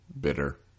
Bitter